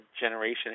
generation